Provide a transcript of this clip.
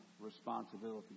responsibility